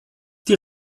die